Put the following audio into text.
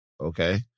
okay